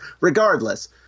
Regardless